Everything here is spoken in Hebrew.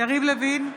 יריב לוין,